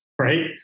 right